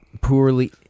poorly